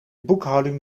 boekhouding